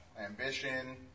Ambition